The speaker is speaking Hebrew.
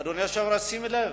אדוני היושב-ראש, שים לב,